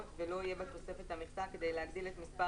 ולא יהיה בתוספת המכסה כדי להגדיל את מספר